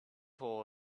hole